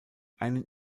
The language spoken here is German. einen